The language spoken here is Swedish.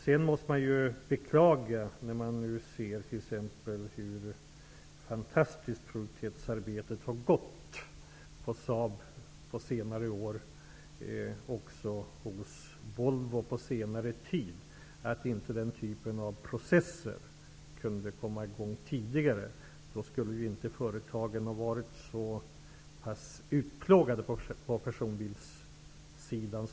Sedan är det att beklaga, med tanke på hur fantastiskt produktivitetsarbetet har varit på Saab under senare år, men också hos Volvo på senare tid, att inte den typen av process kunde komma i gång tidigare. Om så hade skett, skulle företagen inte ha varit så utplågade som de är i dag på just personbilssidan.